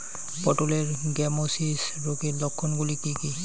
পটলের গ্যামোসিস রোগের লক্ষণগুলি কী কী?